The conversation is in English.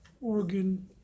Organ